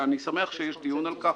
אני שמח שמתנהל על כך דיון.